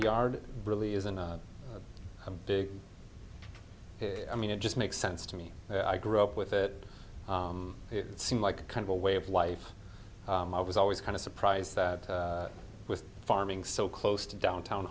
yard really isn't a i mean it just makes sense to me i grew up with it it seemed like a kind of a way of life i was always kind of surprised that with farming so close to downtown